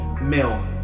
Mill